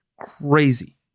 crazy